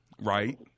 right